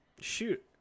Shoot